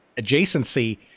adjacency